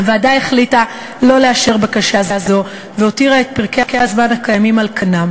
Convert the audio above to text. הוועדה החליטה לא לאשר בקשה זו והותירה את פרקי הזמן הקיימים על כנם,